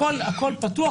הכול פתוח,